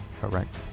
correct